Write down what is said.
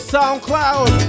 SoundCloud